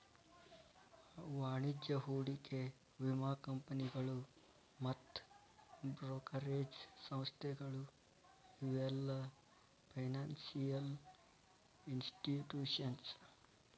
ವಾಣಿಜ್ಯ ಹೂಡಿಕೆ ವಿಮಾ ಕಂಪನಿಗಳು ಮತ್ತ್ ಬ್ರೋಕರೇಜ್ ಸಂಸ್ಥೆಗಳು ಇವೆಲ್ಲ ಫೈನಾನ್ಸಿಯಲ್ ಇನ್ಸ್ಟಿಟ್ಯೂಷನ್ಸ್